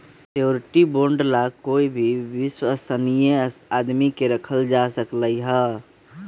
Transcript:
surety bond ला कोई भी विश्वस्नीय आदमी के रखल जा सकलई ह